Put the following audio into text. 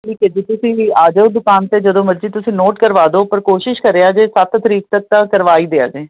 ਠੀਕ ਆ ਜੀ ਤੁਸੀਂ ਵੀ ਆ ਜਾਓ ਦੁਕਾਨ ਤੇ ਜਦੋਂ ਮਰਜ਼ੀ ਤੁਸੀਂ ਨੋਟ ਕਰਵਾ ਦੋ ਪਰ ਕੋਸ਼ਿਸ਼ ਕਰਿਆ ਜੇ ਸੱਤ ਤਰੀਕ ਤੱਕ ਤਾਂ ਕਰਵਾਈ ਦਿਆ ਜੇ